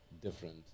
different